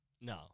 No